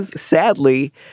sadly